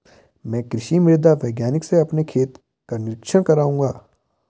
मैं कृषि मृदा वैज्ञानिक से अपने खेत का निरीक्षण कराऊंगा